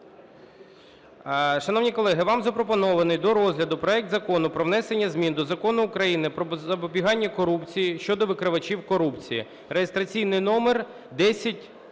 Шановні колеги, вам запропонований до розгляду проект Закону про внесення змін до Закону України "Про запобігання корупції" щодо викривачів корупції (реєстраційний номер